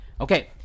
Okay